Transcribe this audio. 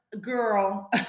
Girl